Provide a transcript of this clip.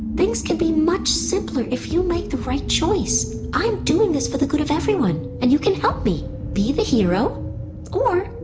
things can be much simpler if you make the right choice. i'm doing this for the good of everyone, and you can help me. be the hero or.